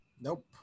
Nope